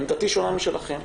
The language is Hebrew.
עמדתי שונה משלכן,